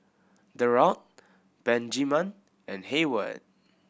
Derald Benjiman and Heyward